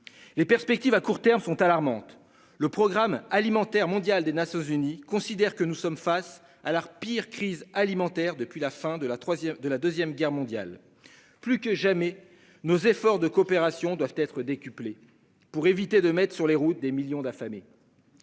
Les perspectives à court terme sont alarmantes. Le Programme alimentaire mondial des Nations unies considèrent que nous sommes face à la pire crise alimentaire depuis la fin de la 3ème de la 2ème Guerre mondiale, plus que jamais nos efforts de coopération doivent être décuplés pour éviter de mettre sur les routes des millions d'affamés.